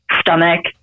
stomach